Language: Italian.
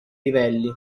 livelli